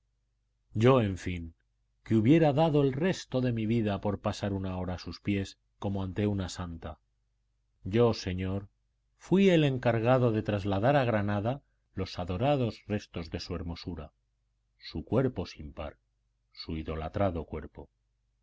yo en fin que hubiera dado el resto de mi vida por pasar una hora a sus pies como ante una santa yo señor fui el encargado de trasladar a granada los adorados restos de su hermosura su cuerpo sin par su idolatrado cuerpo